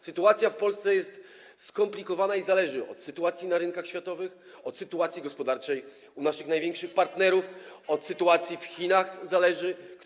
Sytuacja w Polsce jest skomplikowana i zależy od sytuacji na rynkach światowych, od sytuacji gospodarczej naszych największych partnerów, od sytuacji w Chinach -